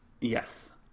Yes